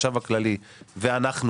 החשב הכללי ואנחנו,